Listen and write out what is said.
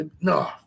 No